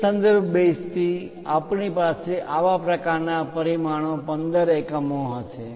તે સંદર્ભ બેઝમાંથી આપણી પાસે આવા પ્રકારના પરિમાણો 15 એકમો હશે